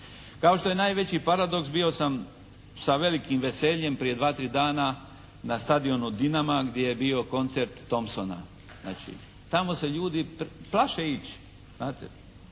Kao što je najveći paradoks, bio sam sa velikim veseljem prije dva-tri dana na stadionu Dinama gdje je bio koncert Tompsona. Znači tamo se ljudi plaše ići,